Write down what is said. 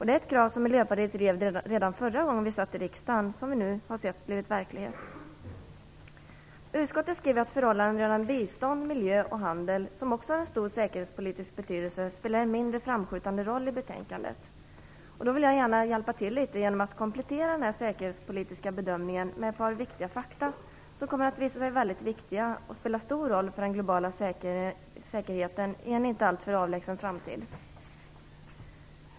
Det är ett krav som vi i Miljöpartiet drev redan förra gången som vi satt i riksdagen, och nu har det blivit verklighet. Utskottet skriver att förhållanden rörande bistånd, miljö och handel, som också har stor säkerhetspolitisk betydelse, spelar en mindre framskjutande roll i betänkandet. Då vill jag gärna hjälpa till litet grand genom att komplettera den säkerhetspolitiska bedömningen med ett par viktiga fakta som kommer att visa sig vara väldigt viktiga och spela stor roll för den globala säkerheten i en inte alltför avlägsen framtid.